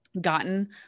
gotten